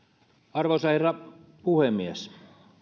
arvoisa herra puhemies